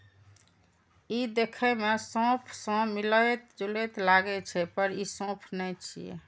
ई देखै मे सौंफ सं मिलैत जुलैत लागै छै, पर ई सौंफ नै छियै